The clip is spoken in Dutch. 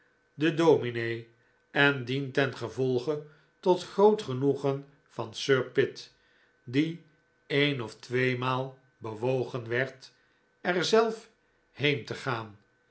den dominee en dientengevolge tot groot genoegen van sir pitt die een of tweemaal bewogen werd er zelf heen te gaan